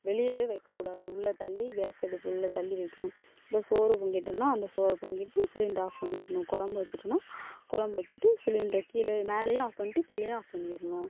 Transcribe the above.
வெளியவே வைக்கக்கூடாது உள்ளே தள்ளி கேஸ் அடுப்பை உள்ளே தள்ளி வைக்கணும் இந்த சோறு பொங்கிட்டுன்னா அந்த சோறு பொங்கிட்டு சிலிண்டர் ஆஃப் பண்ணிரணும் குலம்பு வச்சிவிட்டோன்னா குலம்பு வச்சிவிட்டு சிலிண்டரை கீழ மேலையும் ஆஃப் பண்ணிட்டு கீழயும் ஆஃப் பண்ணிரணும்